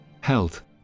Health